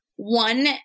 One